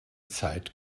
zeit